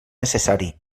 necessari